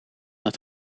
het